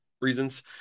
reasons